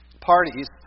parties